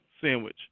sandwich